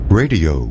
radio